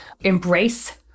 embrace